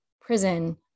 prison